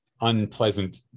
unpleasant